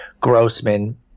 Grossman